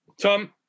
Tom